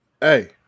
Hey